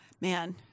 Man